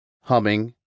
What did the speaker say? humming